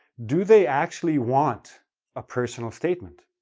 do they actually want a personal statement,